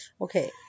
Okay